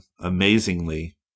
amazingly